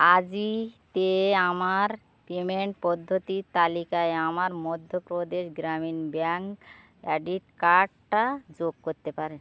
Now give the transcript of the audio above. আজিওতে আমার পেমেন্ট পদ্ধতির তালিকায় আমার মধ্যপ্রদেশ গ্রামীণ ব্যাঙ্ক ক্রেডিট কার্ডটা যোগ করতে পারেন